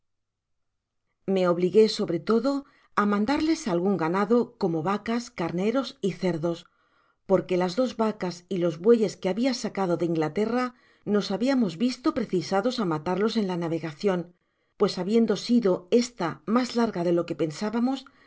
me obligué sobre todo á mandarles algun ganado cocomo vacas carneros y cerdos porque las dos vacas y los bueyes que babia sacado de inglaterra nos habiamos visto precisados á matarlos en la navegacion pues habiendo sido esta mas larga de lo que pensábamos